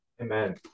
Amen